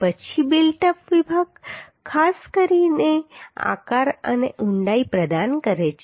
પછી built up વિભાગ ખાસ આકાર અને ઊંડાઈ પ્રદાન કરે છે